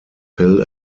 hill